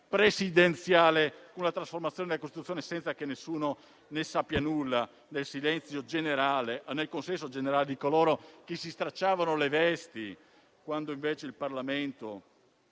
presidenziale e la trasformazione delle Costituzione senza che nessuno ne sappia nulla, nel silenzio generale o nel consenso generale di coloro che si stracciano le vesti, quando invece in Parlamento